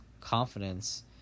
confidence